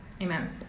Amen